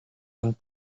and